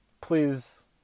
Please